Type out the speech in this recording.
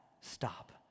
stop